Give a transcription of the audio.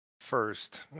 first